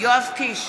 יואב קיש,